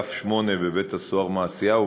באגף 8 בבית-הסוהר מעשיהו,